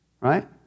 Right